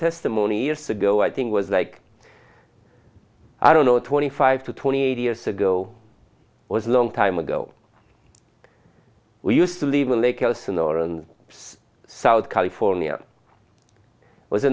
testimony years ago i think was like i don't know twenty five to twenty years ago was a long time ago we used to live in lake elsinore and south california was a